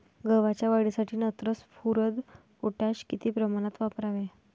गव्हाच्या वाढीसाठी नत्र, स्फुरद, पोटॅश किती प्रमाणात वापरावे?